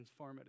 transformative